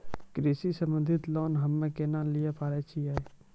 कृषि संबंधित लोन हम्मय केना लिये पारे छियै?